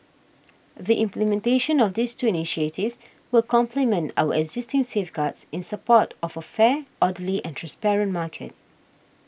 the implementation of these two initiatives will complement our existing safeguards in support of a fair orderly and transparent market